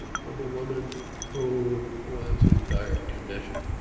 from a woman who was in dire condition.